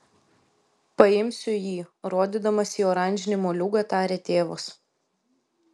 paimsiu jį rodydamas į oranžinį moliūgą tarė tėvas